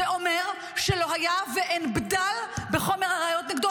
זה אומר שלא היה ואין בדל בחומר הראיות נגדו,